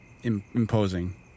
imposing